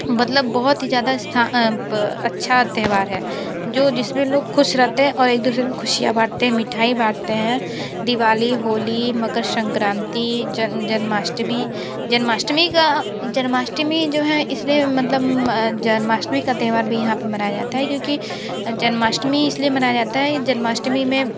मतलब बहुत ही ज़्यादा स्था त्यौहार है जो जिसमें लोग खुश रहते हैं और एक दूसरे में खुशियाँ बाँटते हैं मिठाई बाँटते हैं दिवाली होली मकर संक्रांति जन जन्माष्टमी जन्माष्टमी का जन्माष्टमी जो है इसलिए मतलब जन्माष्टमी का त्यौहार भी यहाँ पे मनाया जाता है क्योंकि जन्माष्टमी इसलिए मनाया जाता है जन्माष्टमी में